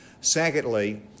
Secondly